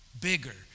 bigger